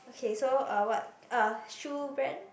okay so uh what uh shoe brand